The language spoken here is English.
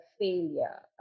failure